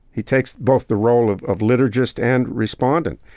he takes both the role of of liturgist and respondent.